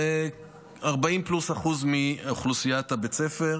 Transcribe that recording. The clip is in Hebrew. זה 40% פלוס מאוכלוסיית בית הספר,